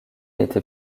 était